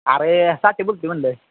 अरे साठे बोलतो आहे म्हणलं